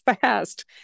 fast